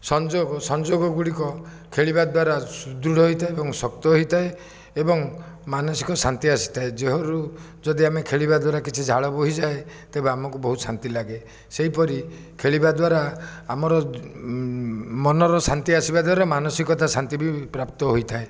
ସଂଯୋଗ ସଂଯୋଗ ଗୁଡ଼ିକ ଖେଳିବା ଦ୍ୱାରା ସୁଦୃଢ଼ ହୋଇଥାଏ ଏବଂ ଶକ୍ତ ହୋଇଥାଏ ଏବଂ ମାନସିକ ଶାନ୍ତି ଆସିଥାଏ ଦେହରୁ ଯଦି ଆମେ ଖେଳିବା ଦ୍ୱାରା କିଛି ଝାଳ ବହିଯାଏ ତେବେ ଆମକୁ ବହୁତ ଶାନ୍ତି ଲାଗେ ସେହିପରି ଖେଳିବା ଦ୍ୱାରା ଆମର ମନର ଶାନ୍ତି ଆସିବା ଦ୍ୱାରା ମାନସିକତା ଶାନ୍ତି ବି ପ୍ରାପ୍ତ ହୋଇଥାଏ